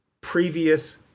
previous